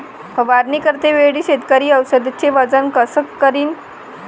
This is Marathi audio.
फवारणी करते वेळी शेतकरी औषधचे वजन कस करीन?